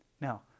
Now